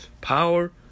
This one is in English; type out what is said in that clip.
power